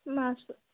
মাছ